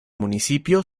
municipio